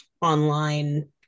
online